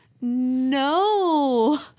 no